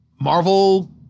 Marvel